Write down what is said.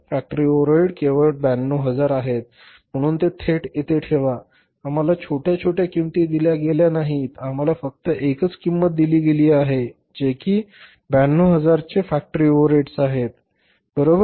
factory overhead केवळ 92000 आहेत म्हणून ते थेट येथे ठेवा आम्हाला छोट्या छोट्या किमती दिल्या गेल्या नाहीत आम्हाला फक्त एकच किंमत दिली गेली आहे जे कि 92000 चे फॅक्टरी ओव्हरहेड्स आहेत बरोबर